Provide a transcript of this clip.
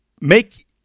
make